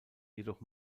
jedoch